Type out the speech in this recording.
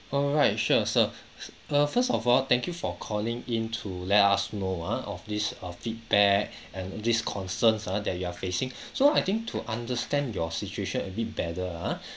alright sure sir err first of all thank you for calling in to let us know ah of these uh feedback and these concerns ah that you are facing so I think to understand your situation a bit better ah